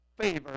favor